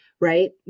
right